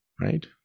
right